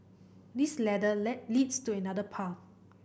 this ladder led leads to another path